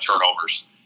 turnovers